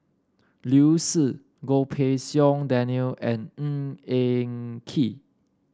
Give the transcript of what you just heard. Liu Si Goh Pei Siong Daniel and Ng Eng Kee